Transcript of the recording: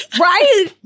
right